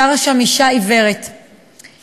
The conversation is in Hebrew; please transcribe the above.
שרה שם אישה עיוורת שיר,